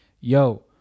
yo